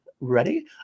ready